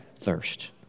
thirst